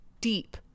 deep